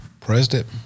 President